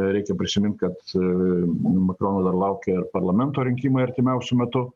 reikia prisimint kad makrono dar laukia ir parlamento rinkimai artimiausiu metu